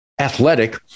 athletic